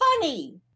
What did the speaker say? Funny